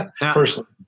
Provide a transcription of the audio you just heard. personally